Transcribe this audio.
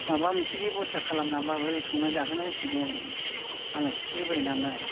माबा मोनसे बेबस्था खालामनानैब्लाबो संना जाहोनांसिगोन आलासि फैबाय नालाय